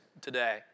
today